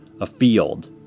afield